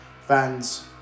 fans